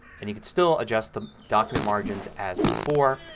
and you can still adjust the document margins as before.